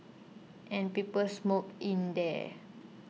and people smoked in there